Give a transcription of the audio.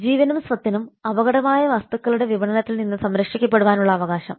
ജീവനും സ്വത്തിനും അപകടകരമായ വസ്തുക്കളുടെ വിപണനത്തിൽ നിന്ന് സംരക്ഷിക്കപ്പെടാനുള്ള അവകാശം